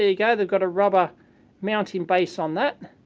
ah yeah they've got a rubber mounting base on that.